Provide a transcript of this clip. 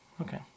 Okay